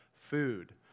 food